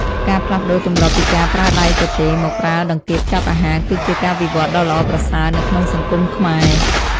ការផ្លាស់ប្តូរទម្លាប់ពីការប្រើដៃទទេមកប្រើដង្កៀបចាប់អាហារ គឺជាការវិវត្តដ៏ល្អប្រសើរនៅក្នុងសង្គមខ្មែរ។